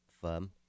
firm